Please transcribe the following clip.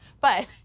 but-